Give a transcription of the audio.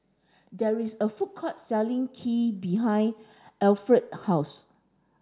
there is a food court selling Kheer behind Efren house